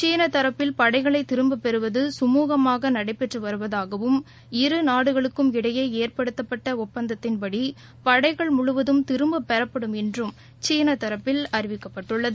சீனதரப்பில் படைகளைதிரும்பப் பெறுவது சுமூகமாகநடைபெற்றுவருவதாகவும் இரு நாடுகளுக்கும் இடையேஏற்படுத்தப்பட்டிப்பந்தத்தின்படிபடைகள் முழுவதும் திரும்பப்பெறப்படும் என்றும் சீனதரப்பில் அறிவிக்கப்பட்டுள்ளது